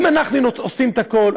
אם אנחנו היינו עושים את הכול,